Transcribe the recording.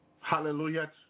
Hallelujah